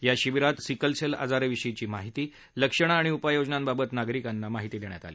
या शिबीरात सिकलसेल आजाराविषयी माहिती लक्षणं आणि उपाययोजनांबाबत नागरिकांना माहिती देण्यात आली